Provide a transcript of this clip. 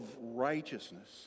righteousness